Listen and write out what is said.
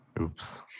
Oops